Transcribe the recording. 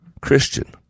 Christian